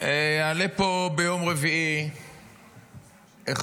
יעלה פה ביום רביעי חוק